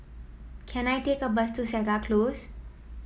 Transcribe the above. can I take a bus to Segar Close